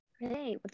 Hey